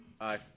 Aye